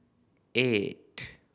eight